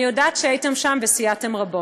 אני יודעת שהייתם שם וסייעתם רבות.